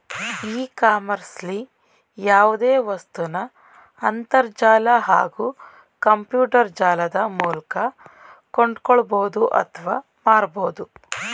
E ಕಾಮರ್ಸ್ಲಿ ಯಾವ್ದೆ ವಸ್ತುನ ಅಂತರ್ಜಾಲ ಹಾಗೂ ಕಂಪ್ಯೂಟರ್ಜಾಲದ ಮೂಲ್ಕ ಕೊಂಡ್ಕೊಳ್ಬೋದು ಅತ್ವ ಮಾರ್ಬೋದು